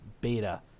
beta